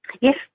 Yes